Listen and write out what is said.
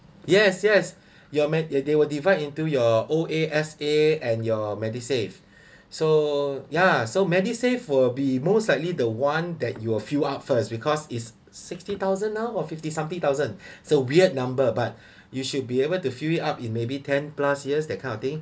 yes yes ya man they will divide into your O_A S_A and your medisave so ya so medisave will be most likely the one that you will fill up first because is sixty thousand now or fifty something thousand so weird number but you should be able to fill it up in maybe ten plus years that kind of thing